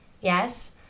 Yes